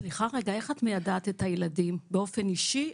סליחה רגע, איך את מיידעת את הילדים באופן אישי?